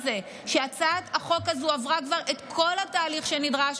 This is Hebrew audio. זה שהצעת החוק הזאת כבר עברה את כל התהליך שנדרש,